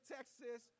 Texas